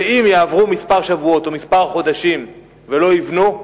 ואם יעברו כמה שבועות או כמה חודשים ולא יבנו,